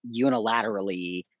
unilaterally